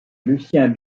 lucien